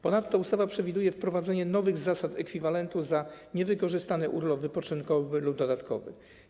Ponadto ustawa przewiduje wprowadzenie nowych zasad naliczania ekwiwalentu za niewykorzystany urlop wypoczynkowy lub dodatkowy.